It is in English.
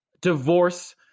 divorce